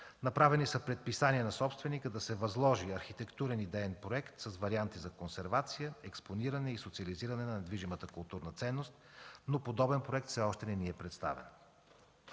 Направени са предписания на собственика да се възложи архитектурен идеен проект с варианти за консервация, експониране и социализиране на недвижимата културна ценност, но подобен проект все още не ни е представен.